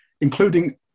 including